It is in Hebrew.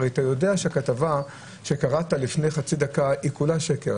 הרי אתה יודע שכתבה שקראת לפני חצי דקה היא כולה שקר,